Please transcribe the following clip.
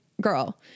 girl